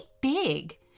big